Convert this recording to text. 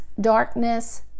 darkness